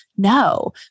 No